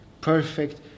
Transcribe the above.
perfect